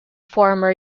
former